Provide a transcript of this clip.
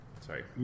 Sorry